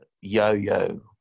yo-yo